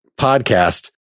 podcast